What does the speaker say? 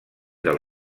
del